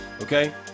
okay